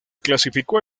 clasificó